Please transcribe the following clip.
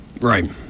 Right